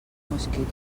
mosquit